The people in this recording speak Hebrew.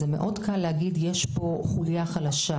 זה מאוד קל להגיד: יש פה חוליה חלשה.